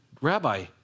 Rabbi